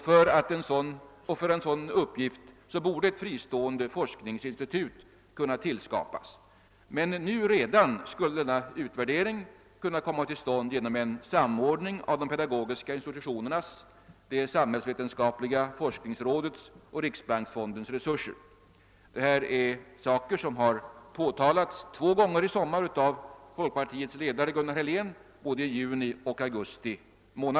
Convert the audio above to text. För en sådan uppgift borde ett fristående forskningsinstitut kunna skapas, men redan nu skulle denna utvärdering kunna komma till stånd genom en samordning av de pedagogiska institutionernas, samhällsvetenskapliga forskningsrådets och riksbanksfondens resurser. Detta är saker som har påtalats två gånger i sommar av folkpartiets ledare Gunnar Helén, både i juni och i augusti.